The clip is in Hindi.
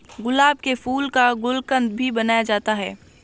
गुलाब के फूल का गुलकंद भी बनाया जाता है